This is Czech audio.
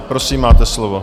Prosím, máte slovo.